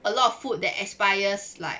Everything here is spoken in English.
a lot of food that expires like